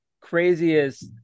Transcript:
craziest